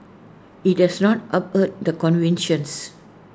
IT has now upheld the convictions